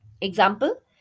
Example